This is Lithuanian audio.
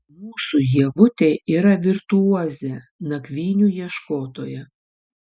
mūsų ievutė yra virtuozė nakvynių ieškotoja